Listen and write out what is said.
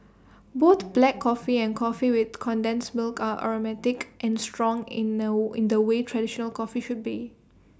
both black coffee and coffee with condensed milk are aromatic and strong in the in the way traditional coffee should be